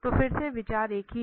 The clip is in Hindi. तो फिर से विचार एक ही है